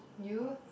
you